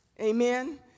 Amen